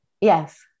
yes